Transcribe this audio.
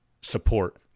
support